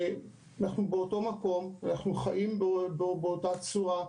אנחנו באותו מקום וחיים באותה צורה.